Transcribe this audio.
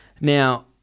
Now